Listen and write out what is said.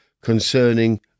concerning